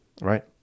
Right